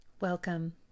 Welcome